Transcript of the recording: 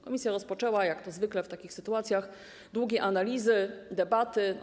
Komisja rozpoczęła, jak to zwykle w takich sytuacjach, długie analizy, debaty.